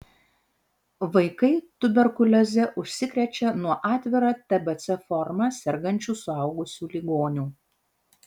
vaikai tuberkulioze užsikrečia nuo atvira tbc forma sergančių suaugusių ligonių